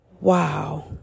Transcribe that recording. Wow